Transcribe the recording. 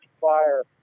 fire